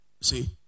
See